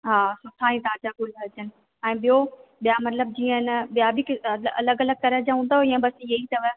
हा सुठा ऐं ताज़ा ग़ुल हुजनि ऐं ॿियो ॿिया मतिलब जीअं न ॿिया बि अलॻि अलॻि तरह जा हूंदव या बसि ईअं ई अथव